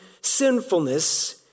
sinfulness